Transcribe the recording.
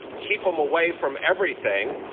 keep them away from everything,